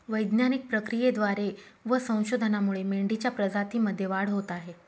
वैज्ञानिक प्रक्रियेद्वारे व संशोधनामुळे मेंढीच्या प्रजातीमध्ये वाढ होत आहे